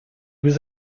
was